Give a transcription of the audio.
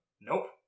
Nope